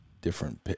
different